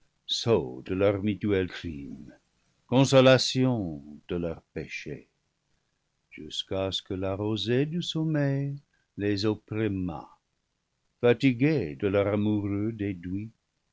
de leur péché jusqu'à ce que la rosée du sommeil les opprimât fatigués de leur amoureux déduit